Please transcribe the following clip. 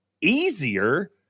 easier